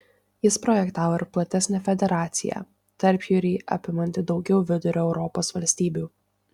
jis projektavo ir platesnę federaciją tarpjūrį apimantį daugiau vidurio europos valstybių